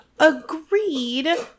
Agreed